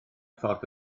ffordd